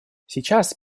сейчас